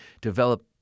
develop